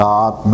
God